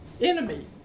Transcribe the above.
enemy